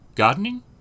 Gardening